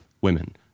women